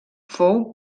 fou